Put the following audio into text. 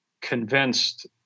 convinced